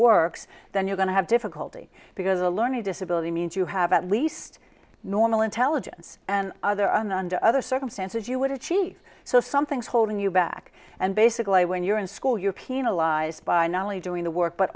works then you're going to have difficulty because a learning disability means you have at least normal intelligence and other under other circumstances you would achieve so something's holding you back and basically when you're in school you're penalized by not only doing the work but